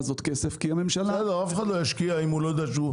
הזאת כסף --- אף אחד לא ישקיע אם הוא לא ידע.